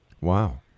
Wow